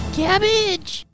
Cabbage